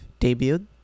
debuted